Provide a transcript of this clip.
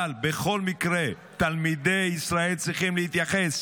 אבל בכל מקרה תלמידי ישראל צריכים להתייחס